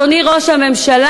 אדוני ראש הממשלה,